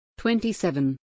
27